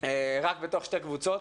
רק בתוך שתי קבוצות.